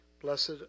blessed